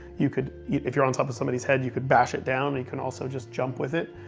you could if you're on top of somebody's head you could bash it down. you can also just jump with it.